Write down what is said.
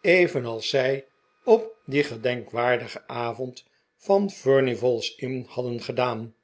evenals zij op dien gedenkwaardigen avond van furnival's inn hadden gedaan